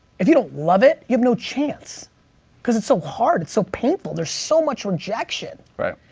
if you don't love it, you have no chance cause it's so hard. it's so painful. there's so much rejection. right.